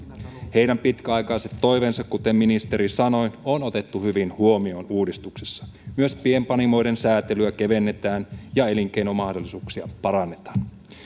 heidän pitkäaikaiset toiveensa kuten ministeri sanoi on otettu hyvin huomioon uudistuksessa myös pienpanimoiden säätelyä kevennetään ja elinkeinomahdollisuuksia parannetaan